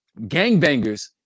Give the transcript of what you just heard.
gangbangers